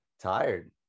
Tired